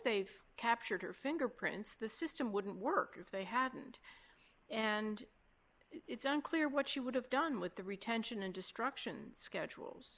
they've captured her fingerprints the system wouldn't work if they hadn't and it's unclear what she would have done with the retention and destruction schedules